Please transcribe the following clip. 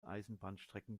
eisenbahnstrecken